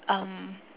um